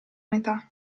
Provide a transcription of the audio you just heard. metà